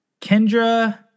Kendra